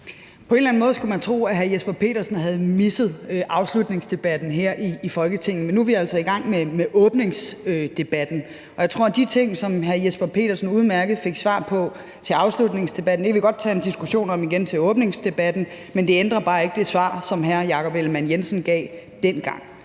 På en eller anden måde skulle man tro, at hr. Jesper Petersen havde misset afslutningsdebatten her i Folketinget, men nu er vi altså i gang med åbningsdebatten. De ting, som hr. Jesper Petersen udmærket fik svar på i afslutningsdebatten, kan vi godt tage en diskussion om igen til åbningsdebatten, men det ændrer bare ikke det svar, som hr. Jakob Ellemann-Jensen gav dengang.